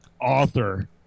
author